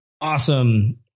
awesome